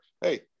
hey